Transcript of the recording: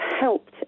helped